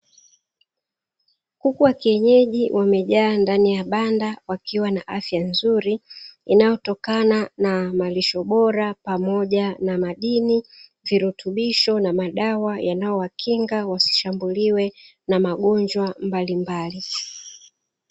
Kuku wa kienyeji wamejaa ndani ya banda wakiwa na afya nzuri inayotokana na malisho bora pamoja na madini, virutubisho na madawa yanayo wakinga wasishambuliwe na magonjwa mbalimbali.